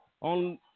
on